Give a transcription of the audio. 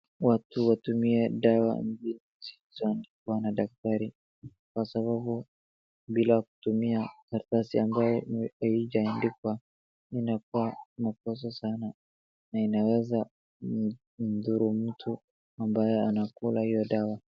Watu watumie dawa ambazo zimeandikwa na daktari kwa sababu bila kutumia karatasi ambayo haijaandikwa inakuwa makosa sana na inaweza kumdhuru mtu ambaye anakula hiyo dawa.